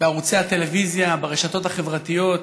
בערוצי הטלוויזיה, ברשתות החברתיות,